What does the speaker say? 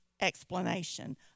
explanation